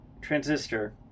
Transistor